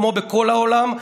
כמו בכל העולם,